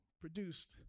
produced